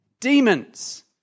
demons